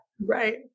Right